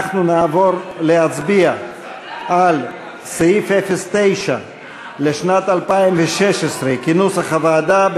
אנחנו נעבור להצביע על סעיף 09 לשנת 2016 כנוסח הוועדה,